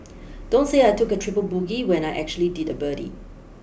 don't say I took a triple bogey when I actually did a birdie